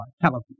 telephone